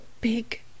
big